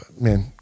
man